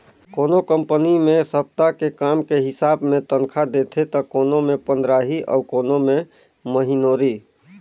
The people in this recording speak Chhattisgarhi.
कोनो कंपनी मे सप्ता के काम के हिसाब मे तनखा देथे त कोनो मे पंदराही अउ कोनो मे महिनोरी